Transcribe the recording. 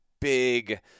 big